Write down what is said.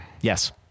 Yes